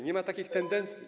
Nie ma takich tendencji.